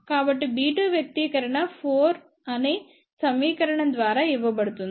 కాబట్టి b2 వ్యక్తీకరణ 4 అనే సమీకరణం ద్వారా ఇవ్వబడుతుంది